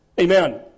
Amen